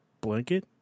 blanket